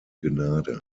gnade